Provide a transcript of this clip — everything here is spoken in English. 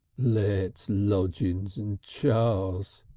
let's lodgin's and chars,